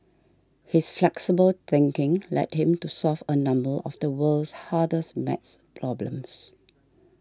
his flexible thinking led him to solve a number of the world's hardest math problems